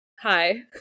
hi